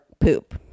poop